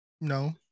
No